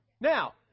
now